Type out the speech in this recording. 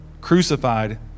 crucified